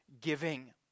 giving